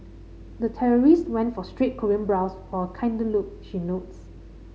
the terrorist went for straight Korean brows for kinder look she notes